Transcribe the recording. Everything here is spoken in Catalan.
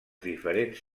diferent